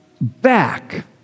back